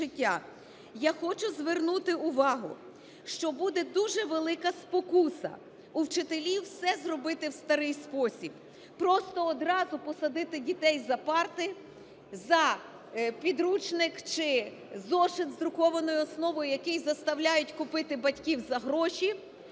Я хочу звернути увагу, що буде дуже велика спокуса у вчителів все зробити в старий спосіб. Просто одразу посадити дітей за парти, за підручник чи зошит з друкованою основою, який заставляють купити батьків за гроші,